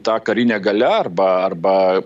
ta karinė galia arba arba